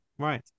right